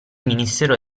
ministero